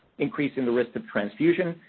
increasing the risk of transfusion,